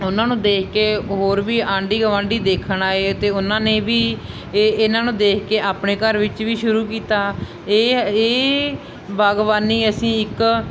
ਉਹਨਾਂ ਨੂੰ ਦੇਖ ਕੇ ਹੋਰ ਵੀ ਆਂਢੀ ਗਵਾਂਢੀ ਦੇਖਣ ਆਏ ਅਤੇ ਉਹਨਾਂ ਨੇ ਵੀ ਇਹ ਇਹਨਾਂ ਨੂੰ ਦੇਖ ਕੇ ਆਪਣੇ ਘਰ ਵਿੱਚ ਵੀ ਸ਼ੁਰੂ ਕੀਤਾ ਇਹ ਇਹ ਬਾਗਬਾਨੀ ਅਸੀਂ ਇੱਕ